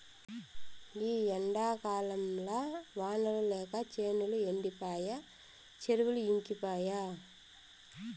ఈ ఎండాకాలంల వానలు లేక చేనులు ఎండిపాయె చెరువులు ఇంకిపాయె